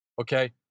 okay